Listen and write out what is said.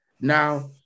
Now